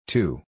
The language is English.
Two